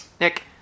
Nick